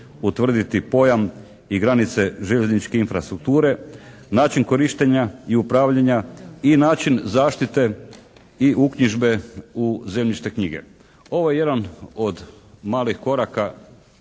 utvrditi pojam i granice željezničke infrastrukture, način korištenja i upravljanja i način zaštite i uknjižbe u zemljišne knjige. Ovo je jedan od malih koraka